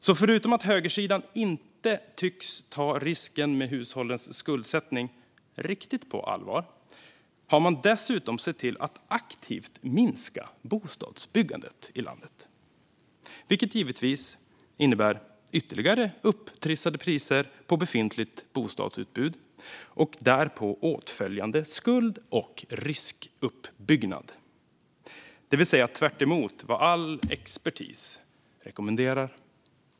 Så förutom att högersidan inte tycks ta risken med hushållens skuldsättning riktigt på allvar har man dessutom sett till att aktivt minska bostadsbyggandet i landet, vilket givetvis innebär ytterligare upptrissade priser på befintligt bostadsutbud och därpå åtföljande skuld och riskuppbyggnad - det vill säga tvärtemot vad all expertis rekommenderar.